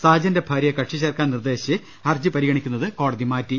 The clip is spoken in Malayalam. സാജന്റെ ഭാര്യയെ കക്ഷി ചേർക്കാൻ നിർദേശിച്ച് ഹർജി പരിഗണിക്കുന്നത് കോടതി മാറ്റി